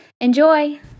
Enjoy